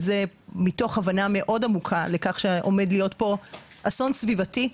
זה מתוך הבנה מאוד עמוקה לכך שעומד להיות פה אסון סביבתי.